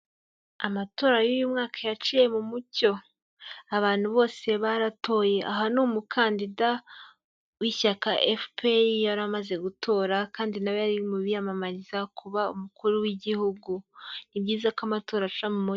Amatora y'uyu mwaka yaciye mu mucyo, abantu bose baratoye, aha ni umukandida w'ishyaka FPR yari amaze gutora kandi nawe yari mu biyamamariza kuba umukuru w'igihugu, ni byiza ko amatora aca mu mucyo.